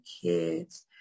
kids